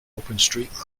openstreetmap